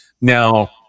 Now